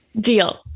Deal